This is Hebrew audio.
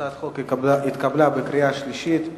הצעת החוק התקבלה בקריאה שלישית.